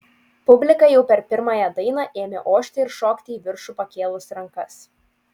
publika jau per pirmąją dainą ėmė ošti ir šokti į viršų pakėlus rankas